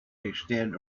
extend